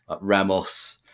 Ramos